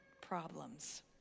problems